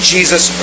Jesus